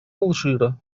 алжира